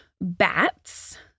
bats